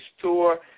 tour